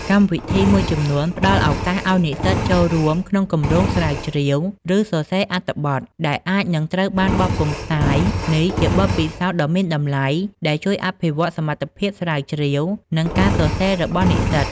កម្មវិធីមួយចំនួនផ្តល់ឱកាសឱ្យនិស្សិតចូលរួមក្នុង គម្រោងស្រាវជ្រាវ ឬ សរសេរអត្ថបទ ដែលអាចនឹងត្រូវបានបោះពុម្ពផ្សាយ នេះជាបទពិសោធន៍ដ៏មានតម្លៃដែលជួយអភិវឌ្ឍសមត្ថភាពស្រាវជ្រាវ និងការសរសេររបស់និស្សិត។